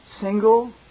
single